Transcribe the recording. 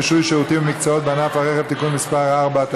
חוק רישוי שירותים ומקצועות בענף הרכב (תיקון מס' 4),